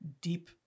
deep